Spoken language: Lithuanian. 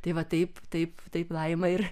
tai va taip taip taip laima ir